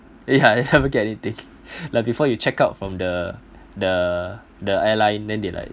yeah like before you check out from the the the airline then they like